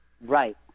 Right